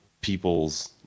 people's